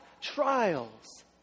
trials